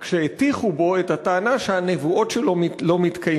כשהטיחו בו את הטענה שהנבואות שלו לא מתקיימות.